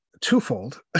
twofold